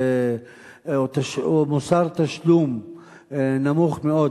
או מוסר תשלום נמוך מאוד,